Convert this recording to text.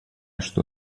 что